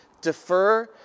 defer